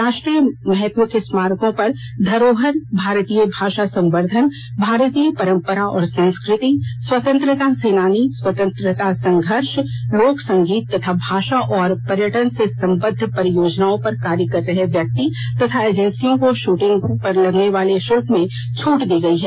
राष्ट्रीय महत्व के स्मारकों पर धरोहर भारतीय भाषा संवर्धन भारतीय परम्परा और संस्कृति स्वतंत्रता सेनानी स्वतंत्रता संघर्ष लोक संगीत तथा भाषा और पर्यटन से संबद्ध परियोजनाओं पर कार्य कर रहे व्यक्ति तथा एंजेसियों को शूटिंग पर लगने वाले शुल्क में छूट दी गई है